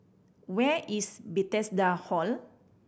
where is Bethesda Hall